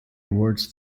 awards